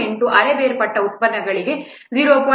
38 ಅರೆ ಬೇರ್ಪಟ್ಟ ಉತ್ಪನ್ನಗಳಿಗೆ ಇದು 0